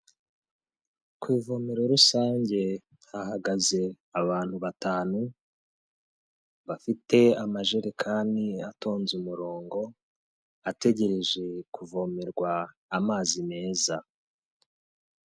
Ku ivomero rusange hahagaze abantu batanu, bafite amajerekani atonze umurongo, ategereje kuvomerwa amazi meza.